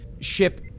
ship